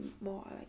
more